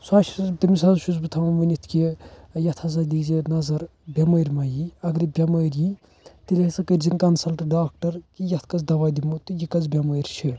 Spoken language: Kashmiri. سُہ ہسا چھُ تِمس ہسا چھُس بہِ تھاوان ونِتھ کہِ یتھ ہسا دیٖزِ نظر بیٚمٲرۍ ما ییہِ اگرٔے بیٚمٲرۍ ییہِ تیٚلہِ ہسا کٔرۍ زیٚن کنسلٹہٕ ڈاکٹر کہِ یتھ کُس دوا دِمو تہٕ یہِ کۄس بیٚمٲرۍ چھِ